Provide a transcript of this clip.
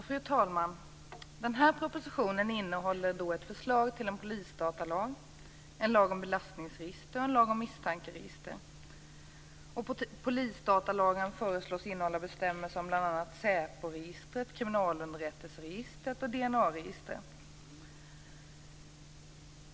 Fru talman! Den här propositionen innehåller ett förslag till en polisdatalag, en lag om belastningsregister och en lag om misstankeregister. Polisdatalagen föreslås innehålla bestämmelser om bl.a. säporegistret, kriminalunderrättelseregistret och DNA-registret.